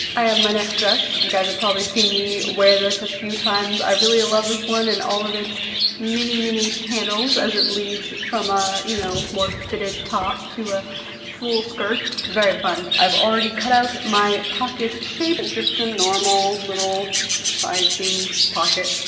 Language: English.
i have my next dress. you guys have probably seen me wear this a few times. i really love this one and all of its many, many panels, as it leads from a you know more fitted top to a full skirt, very fun. i've already cut out my pocket shape. and just a normal little side seam pocket,